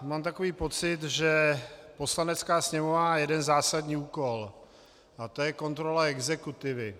Mám takový pocit, že Poslanecká sněmovna má jeden zásadní úkol a to je kontrola exekutivy.